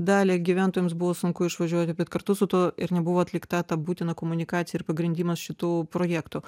dalį gyventojams buvo sunku išvažiuoti bet kartu su tuo ir nebuvo atlikta ta būtina komunikacija ir pagrindimas šitų projektų